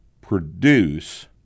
produce